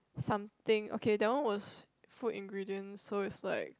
something okay that one was food ingredient so is like